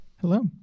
Hello